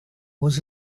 was